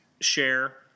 share